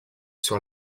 sur